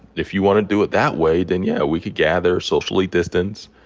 if you want to do it that way, then, yeah, we could gather, socially distance,